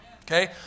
Okay